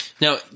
Now